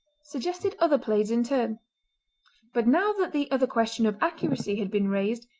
suggested other plaids in turn but now that the other question of accuracy had been raised,